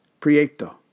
Prieto